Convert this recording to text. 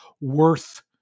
worth